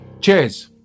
Cheers